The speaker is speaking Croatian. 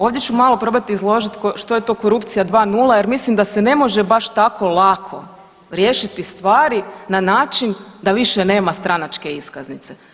Ovdje ću malo probati izložiti što je to korupcija dva nula jer mislim da se ne može baš tako lako riješiti stvari na način da više nema stranačke iskaznice.